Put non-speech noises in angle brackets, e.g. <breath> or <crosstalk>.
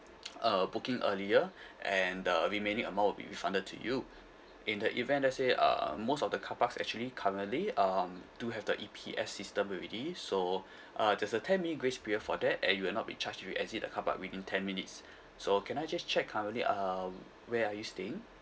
uh booking earlier <breath> and the remaining amount will be refunded to you in the event let's say uh most of the car parks actually currently um do have the E_P_S system already so <breath> uh there's a ten minute grace period for that and you will not be charged if you exit the car park within ten minutes so can I just check currently um where are you staying